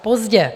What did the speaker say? Pozdě!